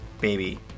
Baby